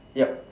yup